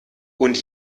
und